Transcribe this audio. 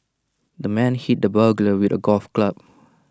the man hit the burglar with A golf club